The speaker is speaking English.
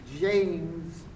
James